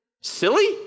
silly